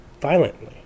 violently